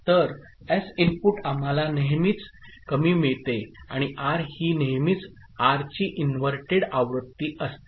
तर S input आम्हाला नेहमीच कमी मिळते आणि आर ही नेहमीच आर ची इन्व्हर्टेड आवृत्ती असते